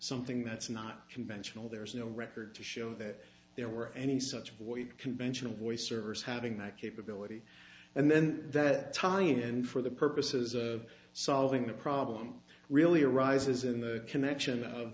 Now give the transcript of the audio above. something that's not conventional there is no record to show that there were any such void conventional voice servers having that capability and then that time and for the purposes of solving the problem really arises in the connection of